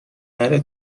نره